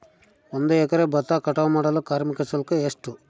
ಒಂದು ಎಕರೆ ಭತ್ತ ಕಟಾವ್ ಮಾಡಲು ಕಾರ್ಮಿಕ ಶುಲ್ಕ ಎಷ್ಟು?